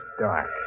dark